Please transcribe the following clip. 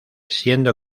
siendo